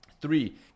Three